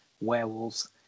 werewolves